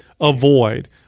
avoid—